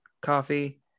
coffee